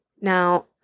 Now